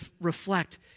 reflect